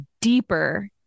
deeper